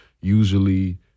usually